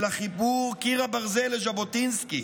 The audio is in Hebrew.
החיבור "על קיר הברזל" של ז'בוטינסקי.